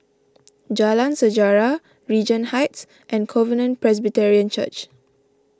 Jalan Sejarah Regent Heights and Covenant Presbyterian Church